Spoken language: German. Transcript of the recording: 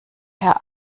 herr